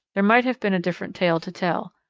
there might have been a different tale to tell.